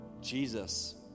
Jesus